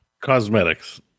cosmetics